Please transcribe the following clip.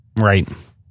Right